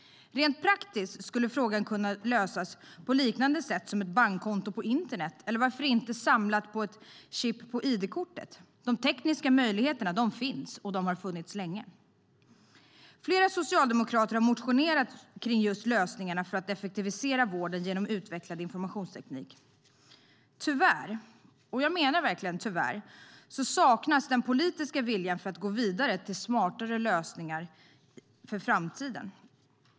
Rent praktiskt skulle frågan kunna lösas på liknande sätt som ett bankkonto på internet eller varför inte samlat på ett chip på ID-kortet. De tekniska möjligheterna finns och de har funnits länge. Flera socialdemokrater har motionerat kring just lösningarna för att effektivisera vården genom utvecklad informationsteknik. Tyvärr, och jag menar verkligen tyvärr, saknas den politiska viljan att gå vidare till smartare lösningar för framtiden.